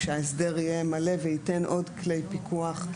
כשההסדר יהיה מלא וייתן עוד כלי פיקוח,